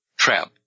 trap